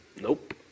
Nope